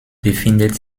befindet